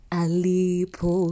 alipo